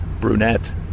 brunette